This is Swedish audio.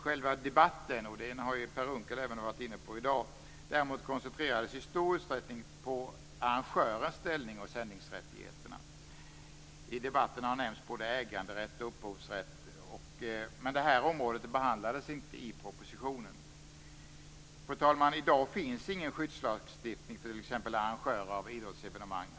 Själva debatten - den har även Per Unckel berört i dag - koncentrerades däremot i stor utsträckning på arrangörens ställning och sändningsrättigheterna. I debatten nämndes både äganderätt och upphovsrätt. Detta område behandlades inte i propositionen. Fru talman! I dag finns ingen skyddslagstiftning för t.ex. arrangörer av idrottsevenemang.